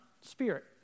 Spirit